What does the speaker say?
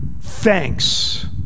thanks